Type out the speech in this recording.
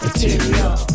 material